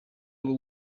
rwo